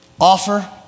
Offer